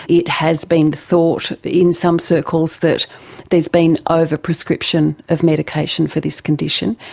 it has been thought in some circles that there has been over-prescription of medication for this condition.